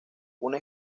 una